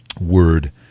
word